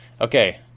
Okay